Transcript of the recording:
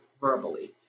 verbally